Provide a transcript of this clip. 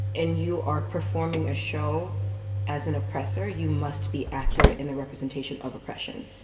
and you are performing a show as an oppressor, you must be accurate in the representation of oppression.